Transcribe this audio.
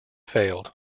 failed